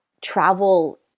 travel